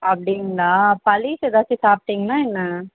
அப்படிங்களா பழைசு எதாச்சும் சாப்பிட்டிங்களா என்ன